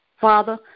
Father